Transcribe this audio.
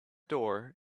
door